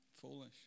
foolish